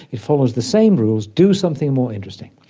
it follows the same rules. do something more interesting.